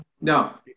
No